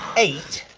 eight,